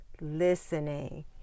Listening